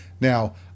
Now